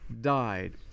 died